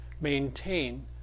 maintain